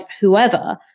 whoever